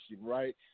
right